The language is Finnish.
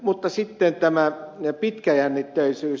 mutta sitten tämä pitkäjännitteisyys